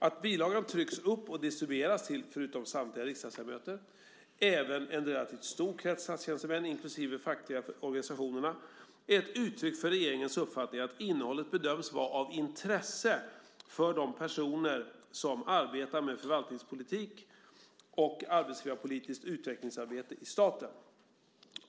Att bilagan trycks upp och distribueras till, förutom samtliga riksdagsledamöter, en relativt stor krets statstjänstemän inklusive de fackliga organisationerna är ett uttryck för regeringens uppfattning att innehållet bedöms vara av intresse för personer som arbetar med förvaltningspolitik och arbetsgivarpolitiskt utvecklingsarbete i staten.